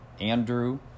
Andrew